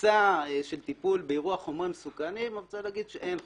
בתפיסה של טיפול באירוע חומרים מסוכנים אני רוצה להגיד שאין חוסר.